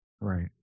Right